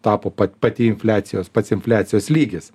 tapo pati infliacijos pats infliacijos lygis